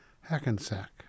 Hackensack